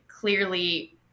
clearly